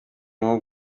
nko